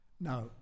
Now